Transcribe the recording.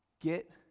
get